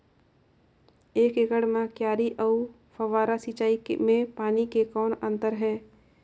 एक एकड़ म क्यारी अउ फव्वारा सिंचाई मे पानी के कौन अंतर हे?